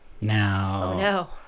Now